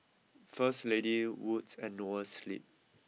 first Lady Wood's and Noa Sleep